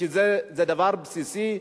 כי זה דבר בסיסי,